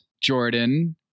Jordan